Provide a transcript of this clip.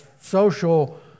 social